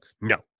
No